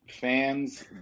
Fans